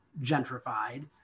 gentrified